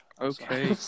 Okay